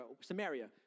Samaria